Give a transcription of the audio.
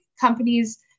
companies